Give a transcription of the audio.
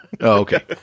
okay